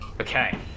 Okay